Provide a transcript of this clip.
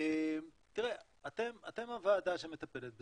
אתם הוועדה שמטפלת בזה,